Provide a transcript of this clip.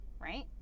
Right